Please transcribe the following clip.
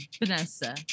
Vanessa